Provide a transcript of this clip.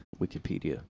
Wikipedia